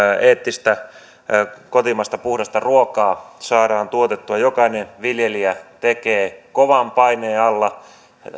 eettistä puhdasta kotimaista ruokaa saadaan tuotettua jokainen viljelijä tekee kovan paineen alla